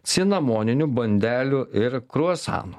cinamoninių bandelių ir kruasanų